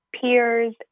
peers